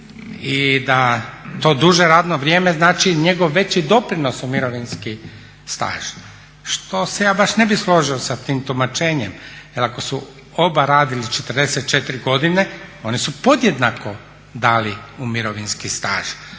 i da to duže radno vrijeme znači njegov veći doprinos u mirovinski staž. Što se ja baš ne bih složio sa tim tumačenjem. Jer ako su oba radili 44 godine oni su podjednako dali u mirovinski staž.